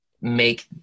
make